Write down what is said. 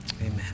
amen